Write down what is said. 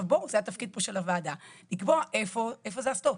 זה התפקיד עכשיו של הוועדה לקבוע איפה זה הסטופ,